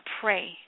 pray